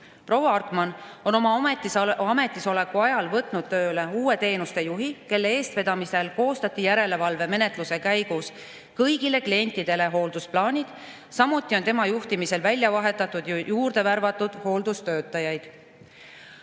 Proua Arkman on oma ametisoleku ajal võtnud tööle uue teenustejuhi, kelle eestvedamisel koostati järelevalvemenetluse käigus kõigile klientidele hooldusplaanid. Samuti on tema juhtimisel välja vahetatud ja juurde värvatud hooldustöötajaid. Alates